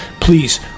Please